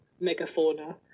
megafauna